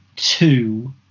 Two